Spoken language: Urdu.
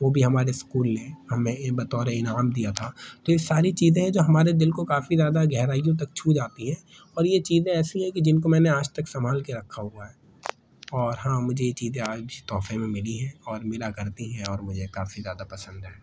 وہ بھی ہمارے اسکول نے ہمیں یہ بطور انعام دیا تھا تو یہ ساری چیزیں ہیں جو ہمارے دل کو کافی زیادہ گہرائیوں تک چھو جاتی ہے اور یہ چیزیں ایسی ہیں کہ جن کو میں نے آج تک سنبھال کے رکھا ہوا ہے اور ہاں مجھے یہ چیزیں آج تحفے میں ملی ہیں اور ملا کرتی ہیں اور مجھے کافی زیادہ پسند ہے